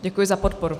Děkuji za podporu.